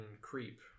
creep